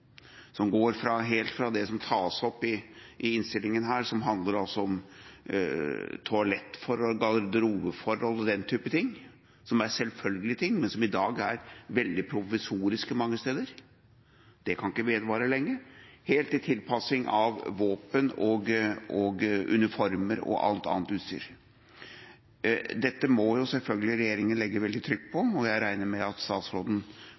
som går helt fra det som tas opp i innstillinga her – som handler om toalettforhold, garderobeforhold og den type ting, som er selvfølgelige ting, men som i dag er veldig provisoriske mange steder, det kan ikke vedvare lenge – til tilpasning av våpen, uniformer og alt annet utstyr. Dette må selvfølgelig regjeringa legge veldig trykk på, og jeg regner med at statsråden